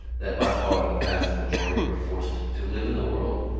that by far the vast majority were forced to live in the world,